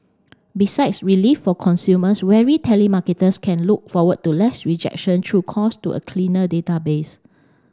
besides relief for consumers weary telemarketers can look forward to less rejection through calls to a cleaner database